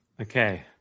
Okay